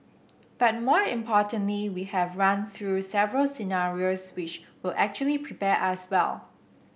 but more importantly we have run through several scenarios which will actually prepare us well